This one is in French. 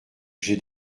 j’ai